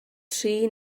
tri